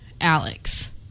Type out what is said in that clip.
Alex